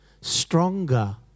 stronger